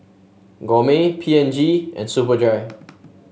Gourmet P and G and Superdry